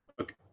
Okay